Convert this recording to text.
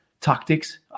Tactics